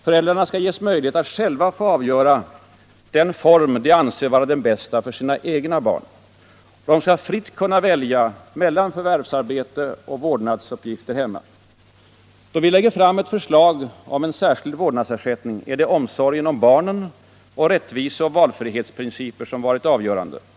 Föräldrarna skall ges möjlighet att själva avgöra vilken form de anser vara den bästa för sina egna barn. Och de skall kunna fritt välja mellan förvärvsarbete och vårdnadsuppgifter hemma. Då vi lägger fram ett förslag om en särskild vårdnadsersättning, är det omsorgen om barnen och rättvise och valfrihetsprinciper som varit avgörande för oss.